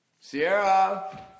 Sierra